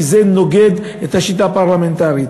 כי זה נוגד את השיטה הפרלמנטרית.